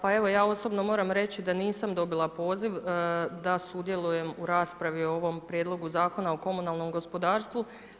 Pa evo, ja osobno moram reći, da nisam dobila poziv da sudjelujem u raspravi o ovom prijedlogu zakona o komunalnom gospodarstvu.